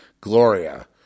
Gloria